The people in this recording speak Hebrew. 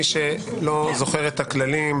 מי שלא זוכר את הכללים,